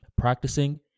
practicing